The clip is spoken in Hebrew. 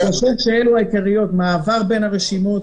אני חושב שאלה העיקריות: מעבר בין הרשימות,